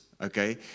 okay